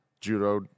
judo